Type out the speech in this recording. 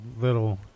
little